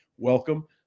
Welcome